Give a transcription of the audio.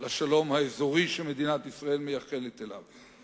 לשלום האזורי שמדינת ישראל מייחלת לו,